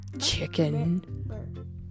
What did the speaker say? chicken